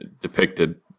depicted